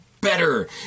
better